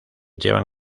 llevan